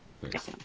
Thanks